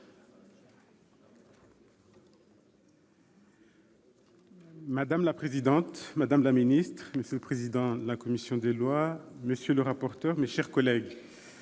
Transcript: Madame la présidente, madame la ministre, monsieur le président de la commission des lois, monsieur le rapporteur, mes chers collègues,